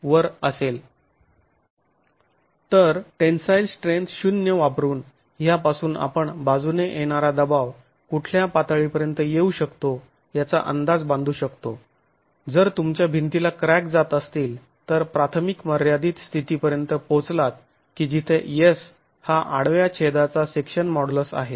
तर tensile strength शून्य ० वापरून ह्यापासून आपण बाजूने येणारा दबाव कुठल्या पातळीपर्यंत येऊ शकतो याचा अंदाज बांधू शकतो जर तुमच्या भिंतीला क्रॅक जात असतील तर प्राथमिक मर्यादित स्थितीपर्यंत पोहोचलात की जेथे 'S' हा आडव्या छेदाचा सेक्शन मॉड्युलस आहे